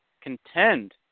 contend